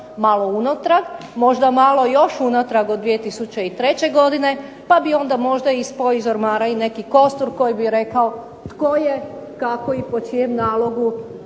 malo unatrag. Možda malo još unatrag od 2003. godine pa bi onda možda ispao iz ormara i neki kostur koji bi rekao tko je, kako i po čijem nalogu